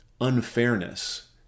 unfairness